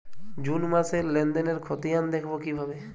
June মাসের লেনদেনের খতিয়ান দেখবো কিভাবে?